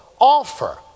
offer